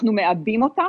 אנחנו מעבים אותה.